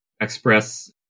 express